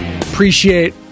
Appreciate